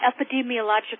epidemiological